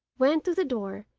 went to the door,